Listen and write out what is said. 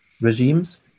regimes